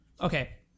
Okay